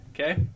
okay